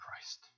Christ